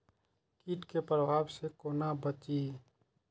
कीट के प्रभाव से कोना बचीं?